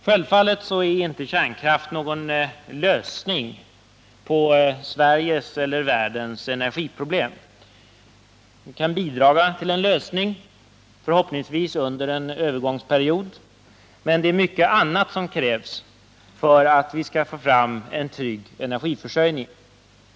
Självfallet är kärnkraften inte någon lösning på Sveriges eller världens energiproblem. Den kan, förhoppningsvis under en övergångsperiod, bidra till en lösning, men det är mycket annat som krävs för att vi skall få fram en trygg energiförsörjning.